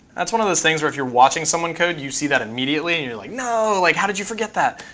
that's one of those things where if you're watching someone code, you see that immediately, and you're like, no! like how did you forget that?